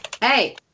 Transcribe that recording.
hey